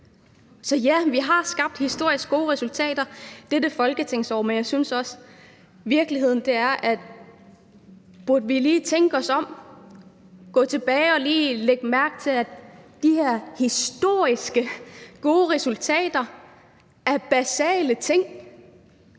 Så ja, vi har skabt historisk gode resultater i dette folketingsår, men jeg synes også, at virkeligheden er: Burde vi lige tænke os om, og gå tilbage og lige lægge mærke til, at de her historisk gode resultater er basale –